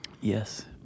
Yes